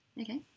Okay